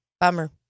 Bummer